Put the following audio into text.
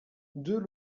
deux